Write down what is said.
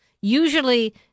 Usually